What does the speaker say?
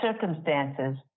circumstances